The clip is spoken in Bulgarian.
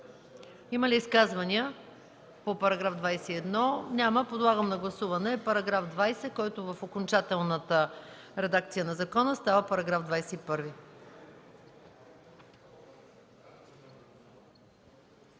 Има ли изказвания по § 21? Няма. Подлагам на гласуване § 20, който в окончателната редакция на закона става § 21.